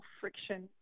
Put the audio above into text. friction